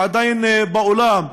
עדיין באולם,